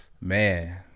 Man